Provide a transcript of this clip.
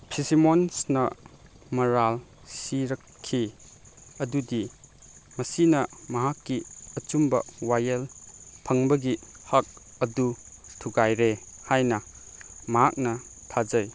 ꯐꯤꯁꯤꯃꯣꯟꯁꯅ ꯃꯔꯥꯜ ꯁꯤꯔꯛꯈꯤ ꯑꯗꯨꯗꯤ ꯃꯁꯤꯅ ꯃꯍꯥꯛꯀꯤ ꯑꯆꯨꯝꯕ ꯋꯥꯌꯦꯜ ꯐꯪꯕꯒꯤ ꯍꯛ ꯑꯗꯨ ꯊꯨꯒꯥꯏꯔꯦ ꯍꯥꯏꯅ ꯃꯍꯥꯛꯅ ꯊꯥꯖꯩ